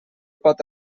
pot